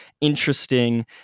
interesting